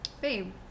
babe